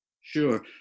Sure